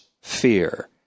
fear